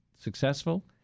successful